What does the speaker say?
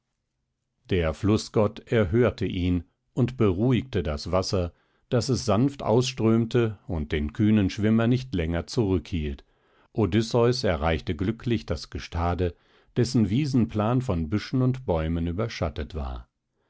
der flußgott erhörte ihn und beruhigte das wasser daß es sanft ausströmte und den kühnen schwimmer nicht länger zurückhielt odysseus erreichte glücklich das gestade dessen wiesenplan von büschen und bäumen überschattet war